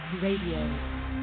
Radio